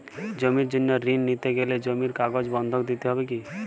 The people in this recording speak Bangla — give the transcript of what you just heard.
জমির জন্য ঋন নিতে গেলে জমির কাগজ বন্ধক দিতে হবে কি?